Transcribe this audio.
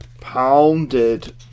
pounded